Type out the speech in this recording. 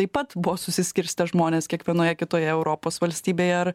taip pat buvo susiskirstę žmonės kiekvienoje kitoje europos valstybėje ar